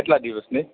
કેટલા દિવસની